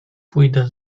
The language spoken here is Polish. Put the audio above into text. pójdę